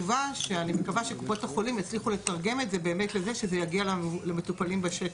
ומקווה שקופות החולים יצליחו לתרגם את זה לכך שזה יגיע למטופלים בשטח,